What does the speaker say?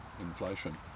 inflation